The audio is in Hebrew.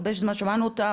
הרבה זמן שמענו אותם,